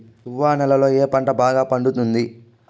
తువ్వ నేలలో ఏ పంట బాగా పండుతుంది?